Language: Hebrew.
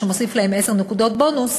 שמוסיף להם עשר נקודות בונוס,